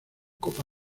copa